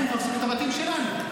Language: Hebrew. הם הורסים את הבתים שלנו.